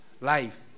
life